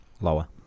Lower